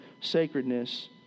sacredness